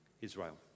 Israel